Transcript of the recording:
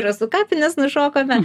rasų kapines nušokome